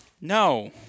No